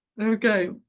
Okay